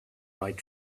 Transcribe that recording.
right